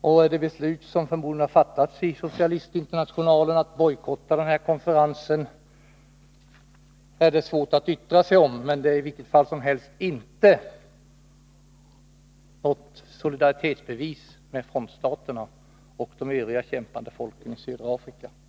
Det är svårt att yttra sig om det beslut om att bojkotta konferensen som förmodligen har fattats av Socialistinternationalen, men det är i varje fall inte något bevis på solidaritet med folken i frontstaterna och med de övriga kämpande folken i södra Afrika.